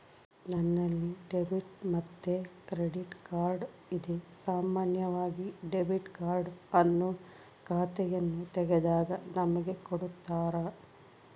ನನ್ನಲ್ಲಿ ಡೆಬಿಟ್ ಮತ್ತೆ credit card ಇದೆ, ಸಾಮಾನ್ಯವಾಗಿ ಡೆಬಿಟ್ ಕಾರ್ಡ್ ಅನ್ನು ಖಾತೆಯನ್ನು ತೆಗೆದಾಗ ನಮಗೆ ಕೊಡುತ್ತಾರ